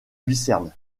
lucerne